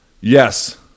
Yes